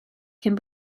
cyn